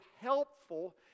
helpful